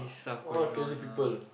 all killing people